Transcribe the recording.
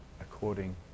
according